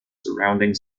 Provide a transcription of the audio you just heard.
surrounding